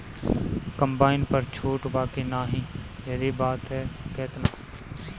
Combine पर छूट बा की नाहीं यदि बा त केतना?